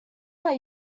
how